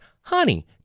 Honey